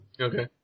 Okay